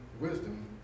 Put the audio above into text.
wisdom